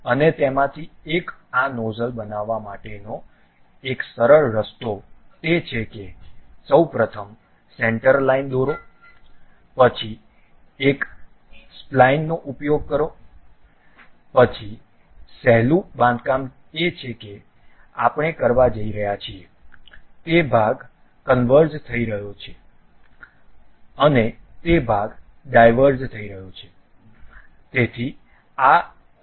અને તેમાંથી એક આ નોઝલ બનાવવા માટેનો એક સરળ રસ્તો તે છે કે સૌ પ્રથમ સેન્ટર લાઇન દોરો પછી એક સ્પ્લિનનો ઉપયોગ કરો સૌથી સહેલું બાંધકામ એ છે કે જે આપણે કરવા જઈ રહ્યા છીએ તે ભાગ કન્વર્ઝ થઈ રહ્યો છે અને તે ભાગ ડાયવર્જ થઈ રહ્યો છે